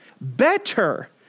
better